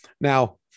Now